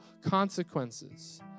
consequences